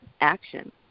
action